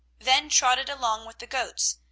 then trotted along with the goats,